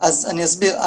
אז אני אסביר.